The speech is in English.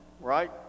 right